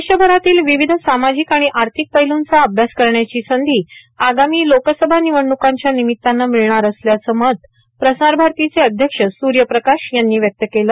देशभरातील विविध सामाजिक आणि आर्थिक पैलूंचा अभ्यास करण्याची संधी आगामी लोकसभा निवडण्कांच्या निमित्तानं मिळणार असल्याचं मत प्रसार भारतीचे अध्यक्ष सूर्य प्रकाश यांनी व्यक्त केलं